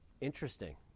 Interesting